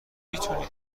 میتونی